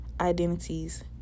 identities